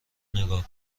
نگاه